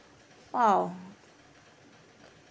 !wow!